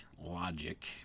logic